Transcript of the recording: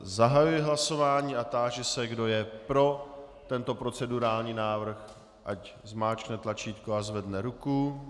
Zahajuji hlasování a táži se, kdo je pro tento procedurální návrh, ať zmáčkne tlačítko a zvedne ruku.